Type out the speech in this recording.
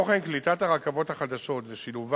כמו כן, קליטת הרכבות החדשות ושילובן